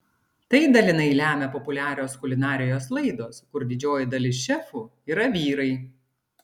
tai dalinai lemia populiarios kulinarijos laidos kur didžioji dalis šefų yra vyrai